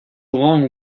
long